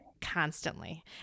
constantly